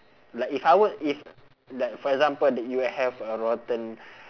like if I were if like for example that you have a rotten